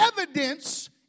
evidence